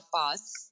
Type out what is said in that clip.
Pass